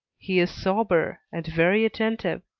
he is sober, and very attentive.